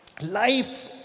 life